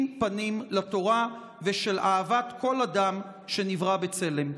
פנים לתורה ושל אהבת כל אדם שנברא בצלם.